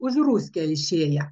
už ruskia išėja